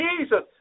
Jesus